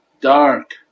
dark